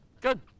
good